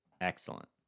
excellent